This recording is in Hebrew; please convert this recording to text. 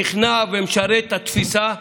נכנע ומשרת את התפיסה האנט-ממלכתית.